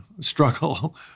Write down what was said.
struggle